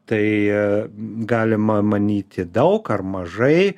tai galima manyti daug ar mažai